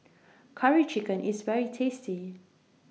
Curry Chicken IS very tasty